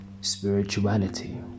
Spirituality